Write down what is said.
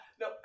No